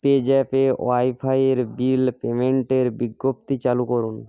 পেজ্যাপে ওয়াইফাইয়ের বিল পেমেন্টের বিজ্ঞপ্তি চালু করুন